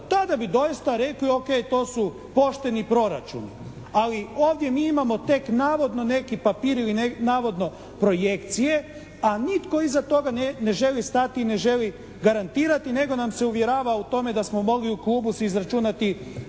tada bi doista rekli o.k. to su pošteni proračuni. Ali ovdje mi imamo tek navodno neki papir ili navodno projekcije, a nitko iza toga ne želi stati i ne želi garantirati nego nam se uvjerava u tome da smo mogli u klubu si izračunati